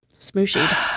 smooshy